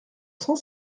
cent